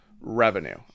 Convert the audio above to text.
Revenue